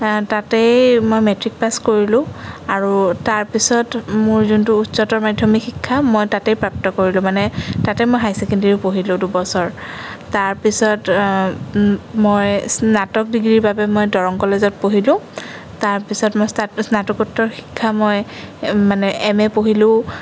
তাতেই মই matric pass কৰিলোঁ আৰু তাৰ পিছত মোৰ যোনটো উচ্চতৰ মাধ্যমিক শিক্ষা মই তাতেই প্ৰাপ্ত কৰিলোঁ মানে তাতে মই হায়াৰ ছেকেণ্ডাৰীও পঢ়িলোঁ দুবছৰ তাৰপিছত মই স্নাতক ডিগ্ৰীৰ বাবে মই দৰং কলেজত পঢ়িলোঁ তাৰ পিছত মই স্নাতকোত্তৰ শিক্ষা মই মানে এম এ পঢ়িলোঁ